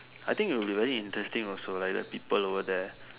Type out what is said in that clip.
I think it'd be very interesting also like the people over there